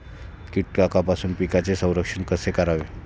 कीटकांपासून पिकांचे संरक्षण कसे करावे?